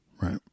right